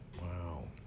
Wow